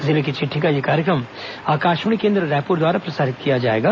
जिले की चिट्ठी का यह कार्यक्रम आकाशवाणी केंद्र रायपुर द्वारा प्रसारित किया जाएगा